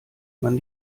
man